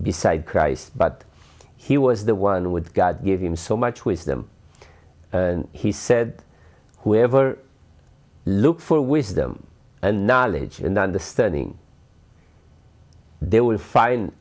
beside christ but he was the one with god give him so much wisdom he said whoever look for wisdom and knowledge and understanding there will find